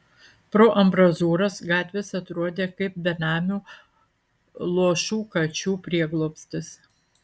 pro ambrazūras gatvės atrodė kaip benamių luošų kačių prieglobstis